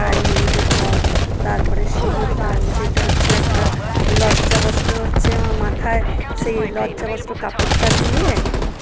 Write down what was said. গায়ে হলুদের পর তারপরে সিঁদুর দান যেটা হচ্ছে একটা লজ্জাবস্ত্র হচ্ছে আমার মাথায় সেই লজ্জবস্ত্র কাপড়টা দিয়ে